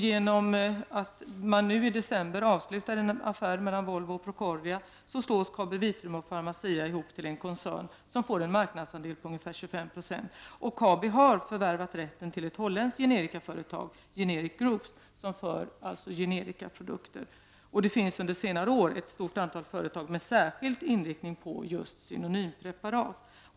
Genom den affär som i december avslutades mellan Volvo och Procordia slås Kabi Vitrum och Pharmacia ihop till en koncern som får en marknadsandel på ca 25 90. Kabi har förvärvat rätten till ett holländskt generikaföretag, Generic Group, som för generikaprodukter. Under senare år har ett stort antal företag särskilt inriktat sig på just synonympreparat.